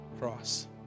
cross